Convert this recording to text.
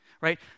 Right